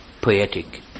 poetic